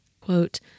Quote